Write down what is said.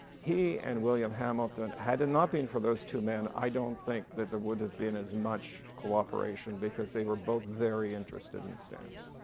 he and william hamilton, had it not been for those two men i don't think that there would have been as much cooperation because they were both very interested in stamps,